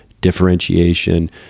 differentiation